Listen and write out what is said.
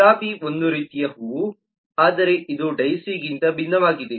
ಗುಲಾಬಿ ಒಂದು ರೀತಿಯ ಹೂವು ಆದರೆ ಇದು ಡೈಸಿಗಿಂತ ಭಿನ್ನವಾಗಿದೆ